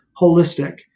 holistic